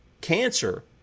cancer